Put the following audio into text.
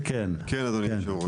כן, אדוני היו"ר.